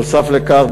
נוסף על כך,